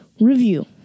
Review